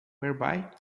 whereby